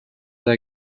der